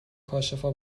کاشفا